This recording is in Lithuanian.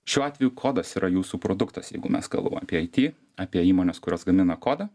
šiuo atveju kodas yra jūsų produktas jeigu mes kalbam apie it apie įmones kurios gamina kodą